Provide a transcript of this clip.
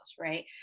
right